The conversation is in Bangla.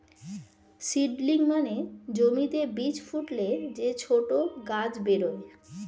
সিডলিং মানে জমিতে বীজ ফুটলে যে ছোট গাছ বেরোয়